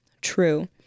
true